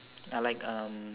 I like